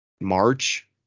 March